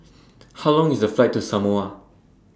How Long IS The Flight to Samoa